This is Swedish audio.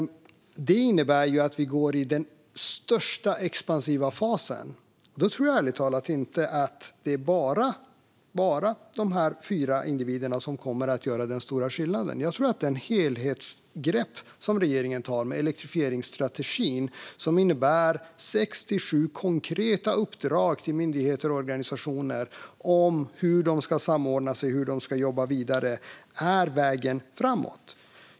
Det innebär att vi går in i en stor expansiv fas. Då tror jag ärligt talat inte att bara de fyra individerna kommer att göra den stora skillnaden. Jag tror att det helhetsgrepp som regeringen nu tar med elektrifieringsstrategin, som innebär 67 konkreta uppdrag till myndigheter och organisationer om hur de ska samordna sig och jobba vidare, är vägen framåt.